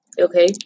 Okay